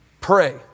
pray